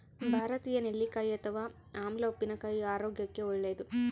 ಭಾರತೀಯ ನೆಲ್ಲಿಕಾಯಿ ಅಥವಾ ಆಮ್ಲ ಉಪ್ಪಿನಕಾಯಿ ಆರೋಗ್ಯಕ್ಕೆ ಒಳ್ಳೇದು